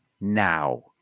now